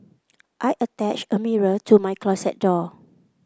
I attached a mirror to my closet door